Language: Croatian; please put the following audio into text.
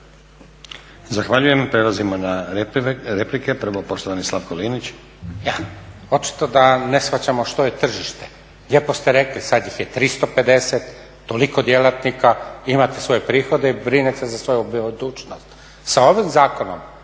Zahvaljujem. Prelazimo na replike. Prvo poštovani Slavko Linić.